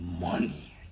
money